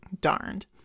darned